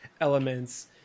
elements